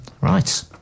Right